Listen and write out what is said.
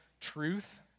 truth